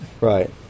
Right